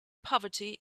poverty